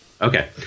Okay